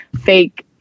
fake